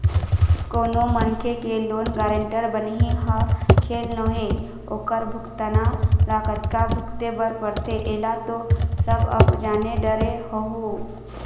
कोनो मनखे के लोन गारेंटर बनई ह खेल नोहय ओखर भुगतना ल कतका भुगते बर परथे ऐला तो सब अब जाने डरे होहूँ